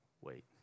wait